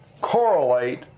correlate